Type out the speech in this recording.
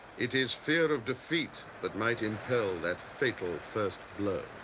it is fear of defeat that might impel that fatal first blow.